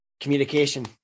communication